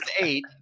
eight